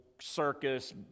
circus